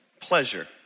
pleasure